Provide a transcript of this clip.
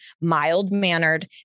mild-mannered